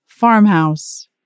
Farmhouse